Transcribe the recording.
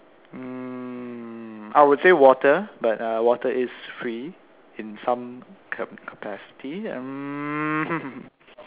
mm I would say water but uh water is free in some ca~ capacity mm